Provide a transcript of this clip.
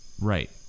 right